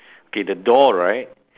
K the door right